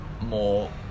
more